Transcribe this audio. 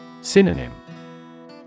Synonym